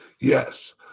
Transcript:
Yes